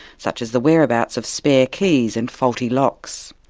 such as the whereabouts of spare keys, and faulty locks.